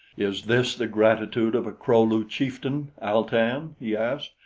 is this the gratitude of a kro-lu chieftain, al-tan, he asked,